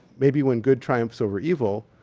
maybe when good triumphs over evil,